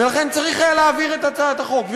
ולכן צריך היה להעביר את הצעת החוק,